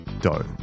dough